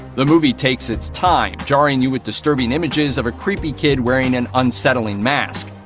the movie takes its time, jarring you with disturbing images of a creepy kid wearing an unsettling mask.